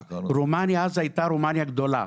רומניה אז הייתה רומניה גדולה.